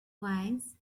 wise